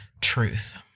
truth